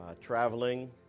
traveling